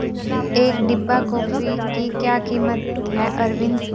एक डिब्बा कॉफी की क्या कीमत है अरविंद?